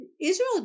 Israel